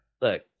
look